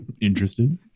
Interested